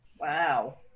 Wow